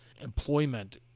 employment